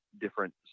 Different